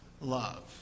love